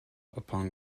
upon